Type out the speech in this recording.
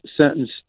sentence